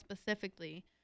specifically